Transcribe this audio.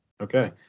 Okay